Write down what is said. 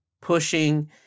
pushing